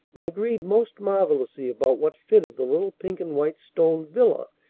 and agreed most marvellously about what fitted the little pink-and-white stone villa,